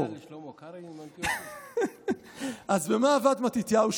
תגיע לשלמה קרעי עם, אז במה עבד מתתיהו?